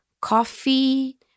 coffee